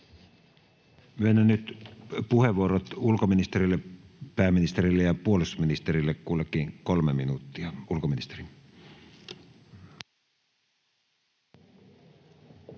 Myönnän nyt puheenvuorot ulkoministerille, pääministerille ja puolustusministerille, kullekin kolme minuuttia. — Ulkoministeri.